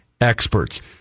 experts